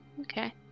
okay